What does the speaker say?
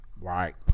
Right